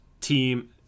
team